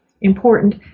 important